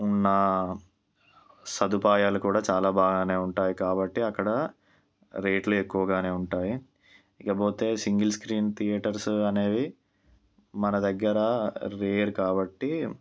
ఉన్న సదుపాయాలు కూడా చాలా బాగానే ఉంటాయి కాబట్టి అక్కడ రేట్లు ఎక్కువగానే ఉంటాయి ఇకపోతే సింగిల్ స్క్రీన్ థియేటర్స్ అనేవి మన దగ్గర రేర్ కాబట్టి